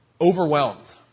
overwhelmed